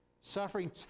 Suffering